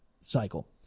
cycle